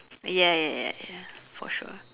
ya ya ya ya for sure